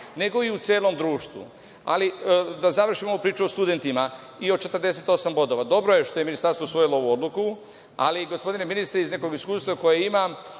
nego i u celom društvu. Da završim ovu priču o studentima i o 48 bodova. Dobro je što je Ministarstvo usvojilo ovu odluku, ali gospodine ministre, iz nekog iskustva koje imam,